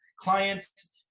clients